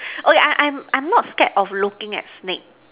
oh yeah yeah I am I am not scared of looking at snakes